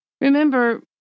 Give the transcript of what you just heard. Remember